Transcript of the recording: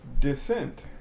Descent